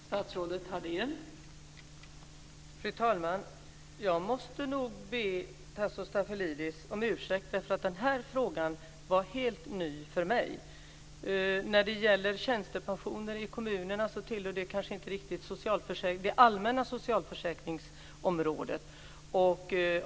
Fru talman! Jag måste nog be Tasso Stafilidis om ursäkt. Den här frågan var helt ny för mig. Tjänstepensioner i kommunerna tillhör kanske inte riktigt det allmänna socialförsäkringsområdet.